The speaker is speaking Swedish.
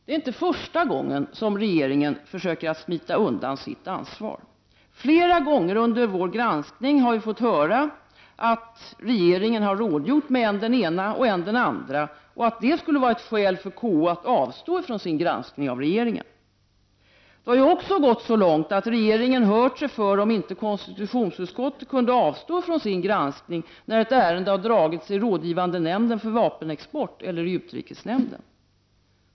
Det är inte första gången som regeringen försöker att smita undan sitt ansvar. Flera gånger under vår granskning har vi fått höra att regeringen rådgjort med än den ena och än den andra, och att det skulle vara ett skäl för konstitutionsutskottet att avstå från sin granskning av regeringen. Det har ju också gått så långt att regeringen hört sig för om inte konstitutionsutskottet kunde avstå från sin granskning när ett ärende har dragits i rådgivande nämnden för vapenexport eller i utrikesnämnden.